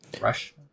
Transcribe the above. Rush